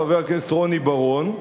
חבר הכנסת רוני בר-און,